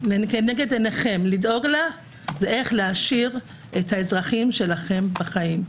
לנגד עיניכם היא איך להשאיר את האזרחים שלכם בחיים,